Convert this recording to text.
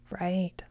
right